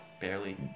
Barely